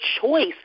choice